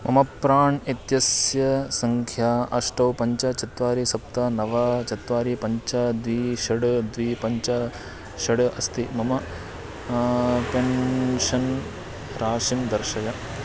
मम प्राण् इत्यस्य सङ्ख्या अष्ट पञ्च चत्वारि सप्त नव चत्वारि पञ्च द्वे षट् द्वे पञ्च षट् अस्ति मम पेन्शन् राशिं दर्शय